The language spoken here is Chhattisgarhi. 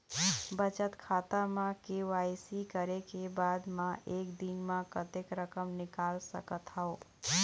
बचत खाता म के.वाई.सी करे के बाद म एक दिन म कतेक रकम निकाल सकत हव?